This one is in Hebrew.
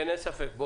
אין ספק.